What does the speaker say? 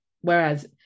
Whereas